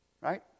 Right